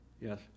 Yes